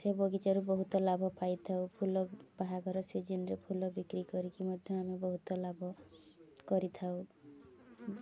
ସେ ବଗିଚାରୁ ବହୁତ ଲାଭ ପାଇଥାଉ ଫୁଲ ବାହାଘର ସିଜିନ୍ରେ ଫୁଲ ବିକ୍ରି କରିକି ମଧ୍ୟ ଆମେ ବହୁତ ଲାଭ କରିଥାଉ